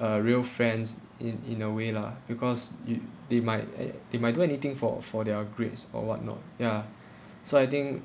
uh real friends in in a way lah because it they might eh they might do anything for for their grades or what not ya so I think